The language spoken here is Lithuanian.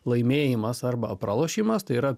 laimėjimas arba pralošimas tai yra